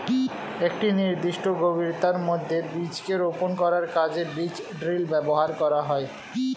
একটি নির্দিষ্ট গভীরতার মধ্যে বীজকে রোপন করার কাজে বীজ ড্রিল ব্যবহার করা হয়